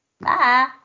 Bye